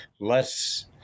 less